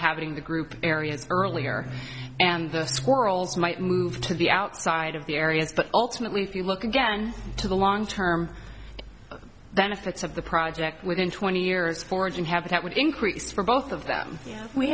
inhabiting the group areas earlier and the swirls might move to the outside of the areas but ultimately if you look again to the long term benefits of the project within twenty years foraging have that would increase for both of them we